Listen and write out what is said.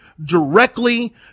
directly